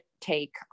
take